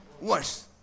worse